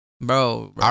Bro